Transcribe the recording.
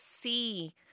see